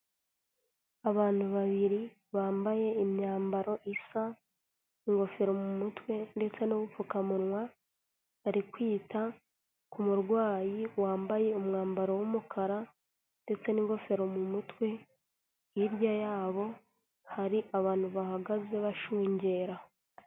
Abantu babiri bambaye imyambaro isa, ingofero mu mutwe ndetse n'ubugupfukamunwa, bari kwita ku kumurwayi wambaye umwambaro w'umukara ndetse n'ingofero mu mutwe, hirya yabo hari abantu bahagaze bashungera.